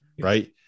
Right